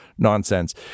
nonsense